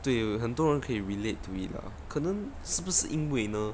对很多人可以 relate to it lah 可能是不是因为呢